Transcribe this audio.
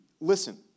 listen